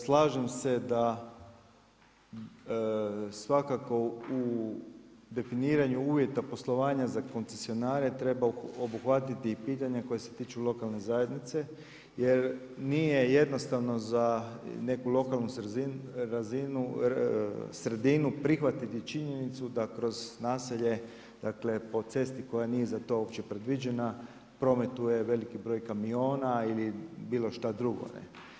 Slažem se da svakako u definiranju uvjeta poslovanja za koncesionare treba obuhvatiti pitanja koje se tiču lokalne zajednice, jer nije jednostavno, za neku lokalnu sredinu prihvatiti činjenicu da kroz naselje, dakle, po cesti koja nije za to uopće predviđena, prometuje veliki broj kamiona ili bilo šta drugo, ne.